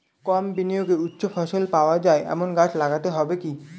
কম বিনিয়োগে উচ্চ ফলন পাওয়া যায় এমন গাছ লাগাতে হবে কি?